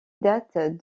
date